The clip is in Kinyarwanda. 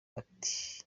ati